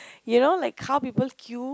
you know like how people queue